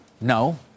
No